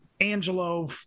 Angelo